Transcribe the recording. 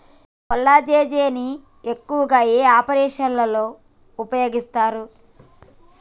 కొల్లాజెజేని ను ఎక్కువగా ఏ ఆపరేషన్లలో ఉపయోగిస్తారు?